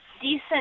decent